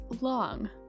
long